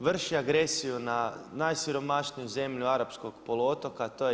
vrši agresiju na najsiromašniju zemlju arapskog poluotoka to je Jemen.